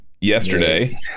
yesterday